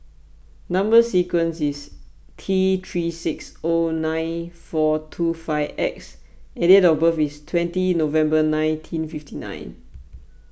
Number Sequence is T three six zero nine four two five X and date of birth is twenty November nineteen fifty nine